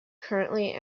currently